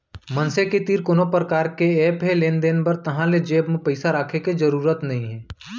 मनसे के तीर कोनो परकार के ऐप हे लेन देन बर ताहाँले जेब म पइसा राखे के जरूरत नइ हे